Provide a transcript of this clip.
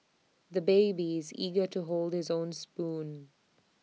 the baby is eager to hold his own spoon